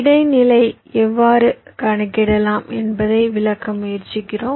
இடைநிலையை எவ்வாறு கணக்கிடலாம் என்பதை விளக்க முயற்சிப்போம்